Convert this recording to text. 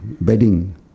bedding